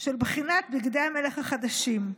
של בחינת בגדי המלך החדשים,